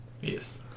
Yes